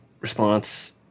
response